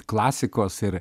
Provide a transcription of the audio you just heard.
klasikos ir